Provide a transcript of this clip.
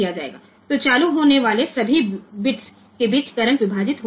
તેથી ચાલુ કરેલ તમામ બિટ્સ ની વચ્ચે કરંટ વિભાજિત થશે